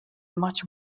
much